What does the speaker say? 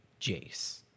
Jace